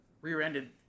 rear-ended